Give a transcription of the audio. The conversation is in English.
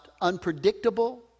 unpredictable